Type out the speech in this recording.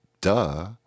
duh